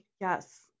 yes